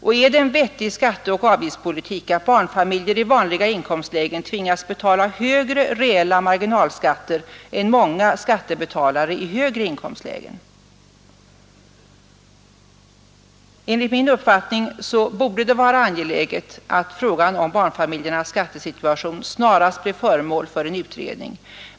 Och är det en vettig skatteoch avgiftspolitik att barnfamiljer i vanliga inkomstlägen tvingas betala högre reella marginalskatter än många skattebetalare i högre inkomtlägen? Enligt min uppfattning borde det vara angeläget att frågan om barnfamiljernas skattesituation snarast blev föremål för en utredning.